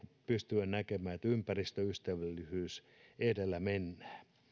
pystyä näkemään että ympäristöystävällisyys edellä mennään